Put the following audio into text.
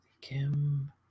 Kim